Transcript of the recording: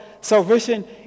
salvation